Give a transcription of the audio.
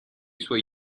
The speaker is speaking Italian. suoi